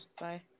Bye